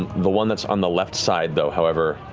the one that's on the left side though, however,